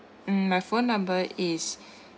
um my phone number is